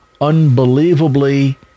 unbelievably